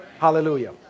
Hallelujah